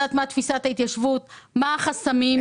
לדעת מה תפיסת ההתיישבות ומה החסמים.